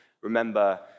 Remember